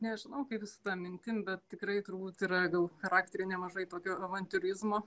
nežinau kaip su ta mintim bet tikrai turbūt radau charakteryje nemažai tokio avantiūrizmo